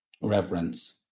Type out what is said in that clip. reverence